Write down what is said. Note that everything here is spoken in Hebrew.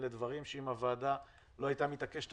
אלה דברים שאם הוועדה לא הייתה מתעקשת